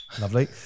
lovely